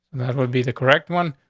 that would be the correct one.